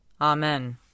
Amen